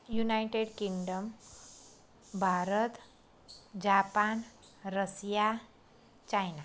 United Kingdom Bharat Japan Russia China